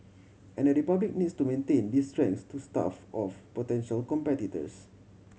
and the Republic needs to maintain these strengths to stave off potential competitors